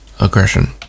Aggression